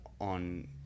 on